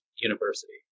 University